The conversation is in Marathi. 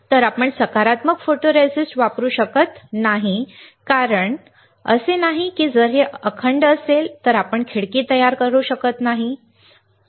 तर आम्ही सकारात्मक फोटोरिस्टिस्ट वापरू शकत नाही कारण असे नाही की जर हे क्षेत्र अखंड असेल तर आपण खिडकी तयार करू शकत नाही